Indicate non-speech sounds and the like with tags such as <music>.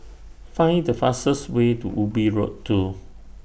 <noise> Find The fastest Way to Ubi Road two